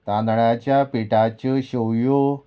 तांदळ्याच्या पिटाच्यो शेवयो